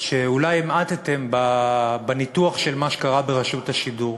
שאולי המעטתם בניתוח של מה שקרה ברשות השידור.